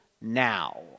now